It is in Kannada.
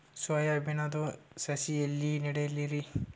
ಸೊಯಾ ಬಿನದು ಸಸಿ ಎಲ್ಲಿ ನೆಡಲಿರಿ?